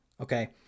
Okay